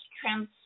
trans